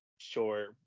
Sure